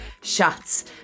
Shots